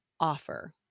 offer